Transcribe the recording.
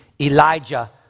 Elijah